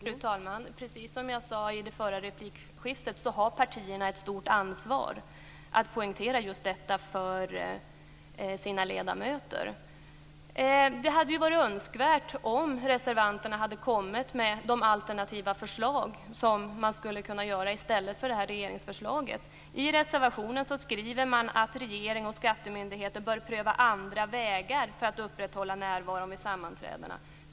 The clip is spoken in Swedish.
Fru talman! Precis som jag sade i det förra replikskiftet har partierna ett stort ansvar att poängtera just detta för sina ledamöter. Det hade varit önskvärt att reservanterna hade lagt fram alternativa förslag till regeringsförslaget. I reservationen framhålls: "Regeringen och skattemyndigheterna bör enligt vår uppfattning pröva andra vägar för att upprätthålla närvaron på sammanträdena."